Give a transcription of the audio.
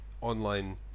online